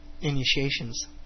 initiations